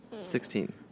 Sixteen